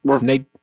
Nate